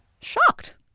Shocked